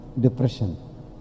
depression